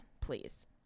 Please